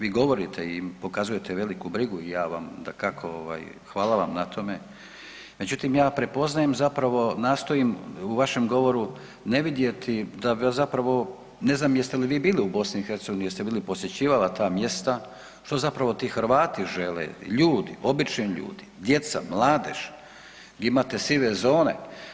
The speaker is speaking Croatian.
Vi govorite i pokazujete veliku brigu i ja vam dakako ovaj, hvala vam na tome, međutim ja prepoznajem zapravo nastojim u vašem govoru ne vidjeti da ga zapravo, ne znam jeste li bili u BiH, jeste bili posjećivala ta mjesta, što zapravo ti Hrvati žele, ljudi, obični ljudi, djeca, mladež, gdje imate sive zone.